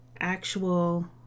actual